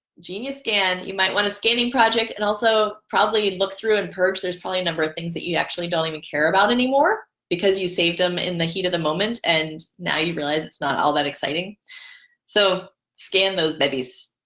genius scan you might want a scanning project and also probably look through and purge. there's probably a number of things that you actually don't even care about anymore because you saved them in the heat of the moment and now you realize it's not all that exciting so those babies